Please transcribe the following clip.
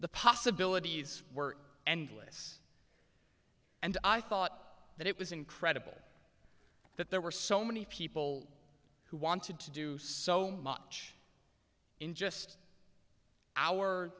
the possibilities were endless and i thought that it was incredible that there were so many people who wanted to do so much in just our